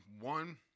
one